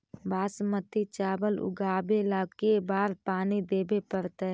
बासमती चावल उगावेला के बार पानी देवे पड़तै?